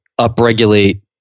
upregulate